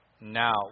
Now